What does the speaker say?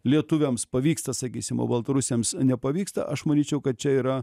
lietuviams pavyksta sakysim o baltarusiams nepavyksta aš manyčiau kad čia yra